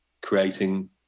creating